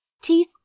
teeth